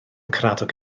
caradog